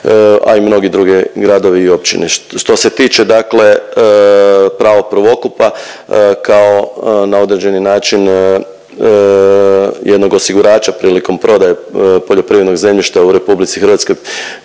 a i mnoge druge gradovi i općine. Što se tiče dakle prvo prvokupa kao na određeni način jednog osigurača prilikom prodaje poljoprivrednog zemljišta u RH,